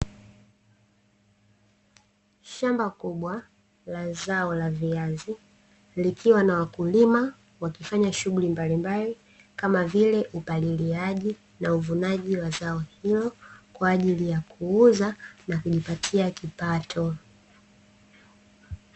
Shamba kubwa la zao la viazi likiwa na wakulima wakiwa wakifanya shughuli mbalimbali kama vile upaliliaji na uvunaji wa zao hilo kwa ajili ya kuuza na kujipatia kipato .